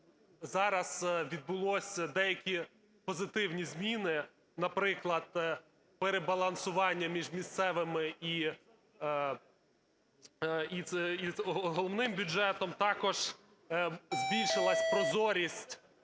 зараз відбулися деякі позитивні зміни, наприклад, перебалансування між місцевими і головним бюджетом, також збільшилась прозорість